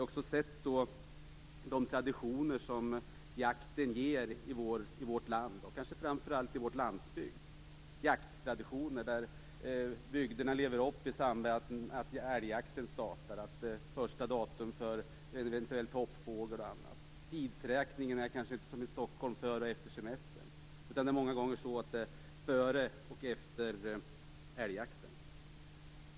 Jakten ger också traditioner i vårt land, kanske framför allt i vår landsbygd. Bygderna lever upp i samband med att älgjakten startar, första datum för en eventuell toppfågel. Tidsräkningen är kanske inte som i Stockholm före och efter semestern utan många gånger före och efter älgjakten.